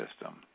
system